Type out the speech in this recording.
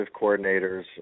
coordinators